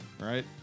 right